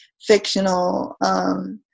fictional